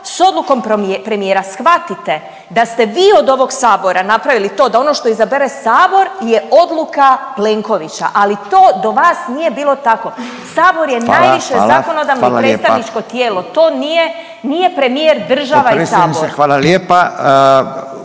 sa odlukom premijera. Shvatite da ste vi od ovoga Sabora napravili to da ono što izabere Sabor je odluka Plenkovića. Ali to do vas nije bilo tako. Sabor je najviše zakonodavno i predstavničko tijelo. … /Upadica Radin: Hvala, hvala. Hvala lijepa./